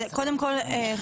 קודם כל,